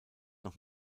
noch